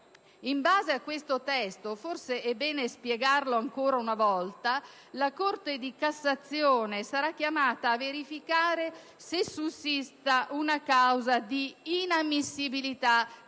In base a questo testo - forse è bene spiegarlo ancora una volta - la Corte di cassazione sarà chiamata a verificare se sussista una causa di inammissibilità del ricorso.